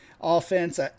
offense